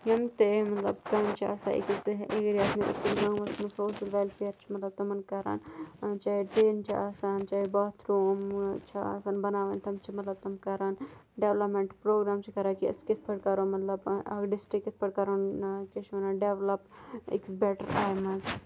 یِم تہِ مطلب کامہِ چھِ آسان أکِس ایریاہَس منٛز أکِس گامَس منٛز سوشَل وٮ۪لفِیَر چھُ مطلب تمَن کَران چاہے ٹیٖن چھِ آسان چاہے باتھروٗمٕز چھِ آسان بَناوان تم چھِ مطلب تٕم کَران ڈٮ۪ولَپمٮ۪نٛٹ پرٛوگرام چھِ کَران کہِ أسۍ کِتھ پٲٹھۍ کَرو مطلب اَکھ ڈِسٹِرٛک کِتھ پٲٹھۍ کرون کیٛاہ چھِ اَتھ ونان ڈٮ۪ولَپ أکِس بٮ۪ٹَر آے منٛز